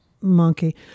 monkey